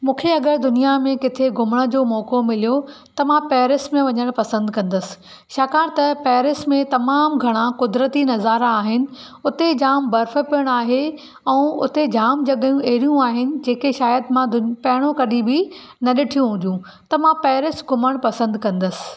मूंखे अगरि दुनिया में किथे घुमण जो मौक़ो मिलियो त मां पैरिस में वञण पसंदि कंदसि छाकाणि त पैरिस में तमामु घणा कुदरती नज़ारा आहिनि हुते जाम बर्फु पिण आहे ऐं उते जाम जॻहियूं अहिड़ियूं आहिनि जेके शायदि मां पहिरीं कॾहिं बि न ॾीठीयूं हूंदियूं त मां पैरिस घुमण पसंदि कंदसि